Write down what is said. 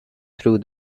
through